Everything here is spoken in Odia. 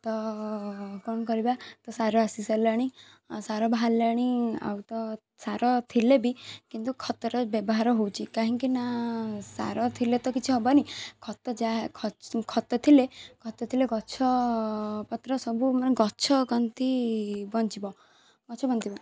ତ କ'ଣ କରିବା ତ ସାର ଆସି ସାରିଲାଣି ସାର ବାହାରିଲାଣି ଆଉ ତ ସାର ଥିଲେ ବି କିନ୍ତୁ ଖତର ବ୍ୟବହାର ହେଉଛି କାହିଁକି ନାଁ ସାର ଥିଲେ ତ କିଛି ହେବନି ଖତ ଯାହା ଖତ ଥିଲେ ଖତ ଥିଲେ ଗଛ ପତ୍ର ସବୁ ମାନେ ଗଛ କ'ଣ ତି ବଞ୍ଚିବ ଗଛ ବଞ୍ଚିବ